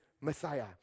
Messiah